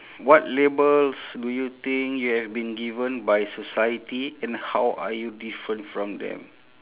what labels do you think you have been given by society and how are you different from them